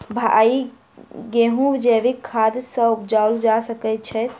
भाई गेंहूँ जैविक खाद सँ उपजाल जा सकै छैय?